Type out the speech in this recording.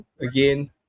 again